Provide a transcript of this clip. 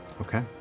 Okay